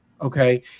Okay